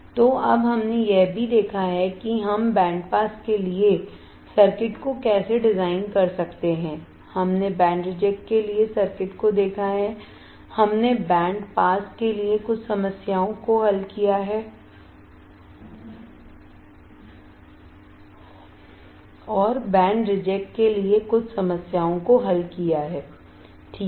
तो अब हमने यह भी देखा है कि हम बैंड पास के लिए सर्किट को कैसे डिज़ाइन कर सकते हैं हमने बैंड रिजेक्ट के लिए सर्किट को देखा है हमने बैंड पास के लिए कुछ समस्याओं को हल किया है और बैंड रिजेक्ट के लिए कुछ समस्या को हल किया है